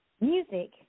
music